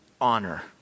honor